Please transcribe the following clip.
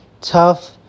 tough